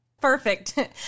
Perfect